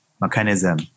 mechanism